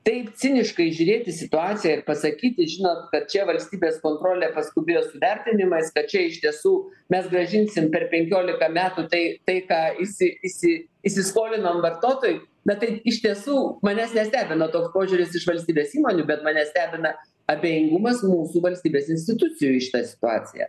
taip ciniškai žiūrėt į situaciją ir pasakyti žinot kad čia valstybės kontrolė paskubėjo su vertinimas kad čia iš tiesų mes grąžinsim per penkiolika metų tai tai ką įsi įsi įsiskolinom vartotojui bet tai iš tiesų manęs nestebino toks požiūris iš valstybės įmonių bet mane stebina abejingumas mūsų valstybės institucijų į šitą situaciją